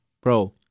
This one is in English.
Bro